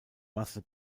masse